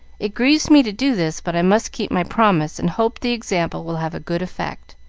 it grieves me to do this, but i must keep my promise, and hope the example will have a good effect.